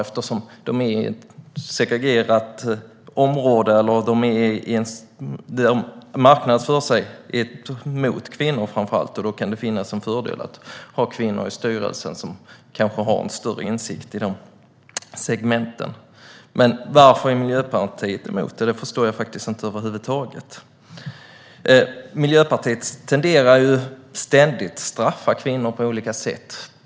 De marknadsför sig ju framför allt mot kvinnor, och då kan det finnas en fördel att ha kvinnor i styrelsen som kanske har en större insikt i de segmenten. Varför Miljöpartiet är emot det förstår jag faktiskt inte över huvud taget. Miljöpartiet tenderar ständigt att straffa kvinnor på olika sätt.